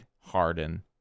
Harden